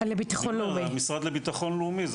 לביטחון לאומי.